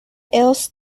ilse